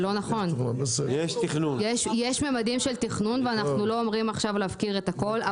יש ממדים של תכנון ואנחנו לא אומרים עכשיו להפקיר את הכול.